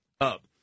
up